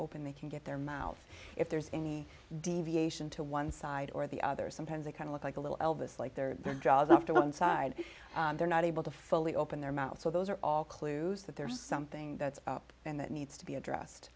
open they can get their mouth if there's any deviation to one side or the other sometimes they kind of like a little elvis like their jobs off to one side they're not able to fully open their mouth so those are all clues that there's something that's up and that needs to be addressed